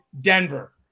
Denver